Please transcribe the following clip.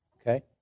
Okay